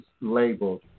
labeled